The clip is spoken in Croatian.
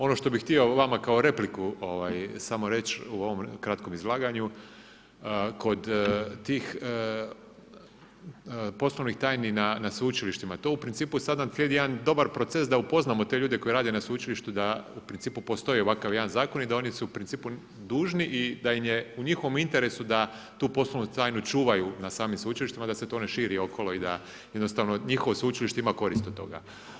Ono što bi htio vama kao repliku samo reći u ovom kratkom izlaganju, kod tih poslovnih tajni na sveučilištima, to u principu sada nam slijedi jedan dobar proces da upoznamo te ljude koji rade na sveučilištu da u principu postoji jedan ovakav zakon i da su oni u principu dužni i da im je u njihovom interesu da tu poslovnu tajnu čuvaju na samim sveučilištima da se to ne širi okolo i da jednostavno njihovo sveučilište ima korist od toga.